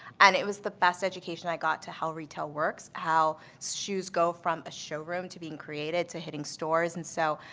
and it was the best education i got to how retail works, how shoes go from a show room to being created, to hitting stores. and so,